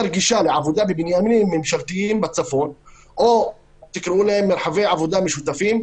גישה לעבודה בבניינים ממשלתיים בצפון או תקראו להם: מרחבי עבודה משותפים,